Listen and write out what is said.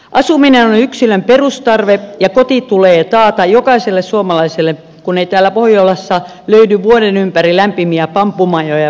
asuminen on yksilön perustarve ja koti tulee taata jokaiselle suomalaiselle kun ei täällä pohjolassa löydy vuoden ympäri lämpimiä bambumajoja palmujen alta